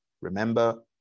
Remember